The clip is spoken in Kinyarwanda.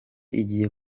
igiye